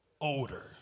older